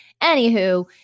Anywho